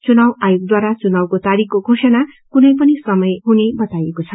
चुनाउ आयोगद्वारा चुनाउको तारिखको घोषणा कुनै पनि समय हुन सकन बताइएको छ